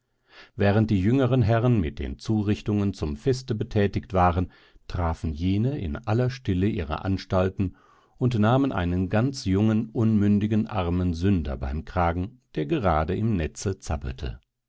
während die jüngeren herren mit den zurichtungen zum feste betätigt waren trafen jene in aller stille ihre anstalten und nahmen einen ganz jungen unmündigen armen sünder beim kragen der gerade im netze zappelte